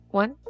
one